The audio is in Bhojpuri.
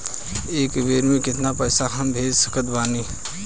एक बेर मे केतना पैसा हम भेज सकत बानी?